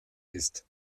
ist